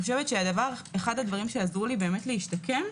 אחד הדברים שעזרו לי להשתקם,